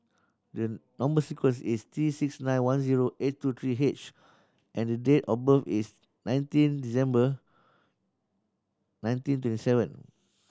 number sequence is T six nine one zero eight two three H and the date of birth is nineteen December nineteen twenty seven